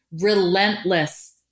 Relentless